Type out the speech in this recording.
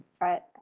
Right